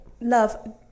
love